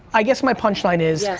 i guess my punch line is, yes.